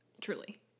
Truly